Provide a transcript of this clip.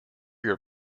your